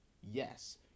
yes